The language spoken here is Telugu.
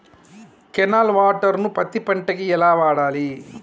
కెనాల్ వాటర్ ను పత్తి పంట కి ఎలా వాడాలి?